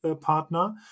partner